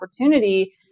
opportunity